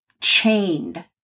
chained